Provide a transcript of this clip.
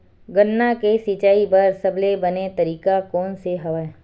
गन्ना के सिंचाई बर सबले बने तरीका कोन से हवय?